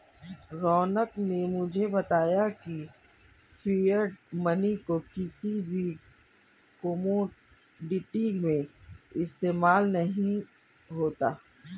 रौनक ने मुझे बताया की फिएट मनी को किसी भी कोमोडिटी में इस्तेमाल नहीं होता है